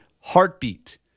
heartbeat